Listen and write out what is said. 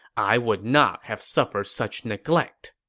i would not have suffered such neglect.